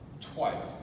Twice